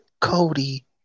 Cody